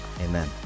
Amen